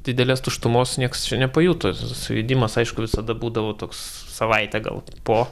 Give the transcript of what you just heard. didelės tuštumos nieks nepajuto sujudimas aišku visada būdavo toks savaitę gal po